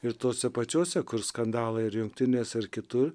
ir tuose pačiose kur skandalai rinktinėse ar kitur